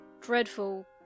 Dreadful